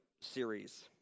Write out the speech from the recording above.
series